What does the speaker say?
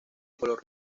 color